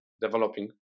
developing